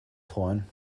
freuen